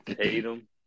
Tatum